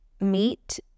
meet